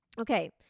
Okay